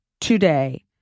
today